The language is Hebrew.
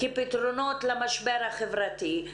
כפתרונות למשבר החברתי.